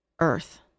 earth